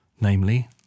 namely